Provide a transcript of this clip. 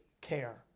care